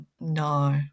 No